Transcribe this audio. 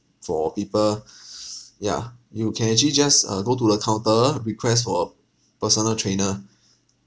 for people yeah you can actually just uh go to the counter request for a personal trainer